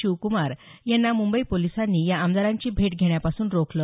शिवकुमार यांना मुंबई पोलिसांनी या आमदारांची भेट घेण्यापासून रोखलं